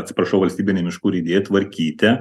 atsiprašau valstybinei miškų urėdijai tvarkyti